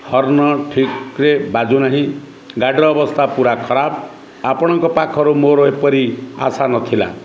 horn ଠିକ୍ରେ ବାଜୁ ନାହିଁ ଗାଡ଼ିର ଅବସ୍ଥା ପୁରା ଖରାପ ଆପଣଙ୍କ ପାଖରୁ ମୋର ଏପରି ଆଶା ନଥିଲା